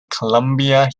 columbia